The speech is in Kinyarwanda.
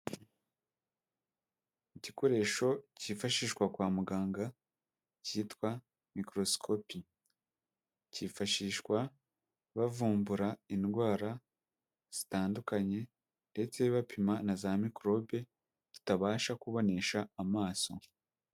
Igikoresho cyifashishwa kwa muganga cyitwa mikorosikopi, cyifashishwa bavumbura indwara zitandukanye ndetse bapima na za mikorobe tutabasha kubonesha amaso.